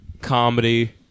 comedy